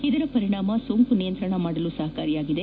ಇದರ ಪರಿಣಾಮ ಸೋಂಕು ನಿಯಂತ್ರಣ ಮಾಡಲು ಸಹಕಾರಿಯಾಗಿದೆ